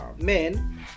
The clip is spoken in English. men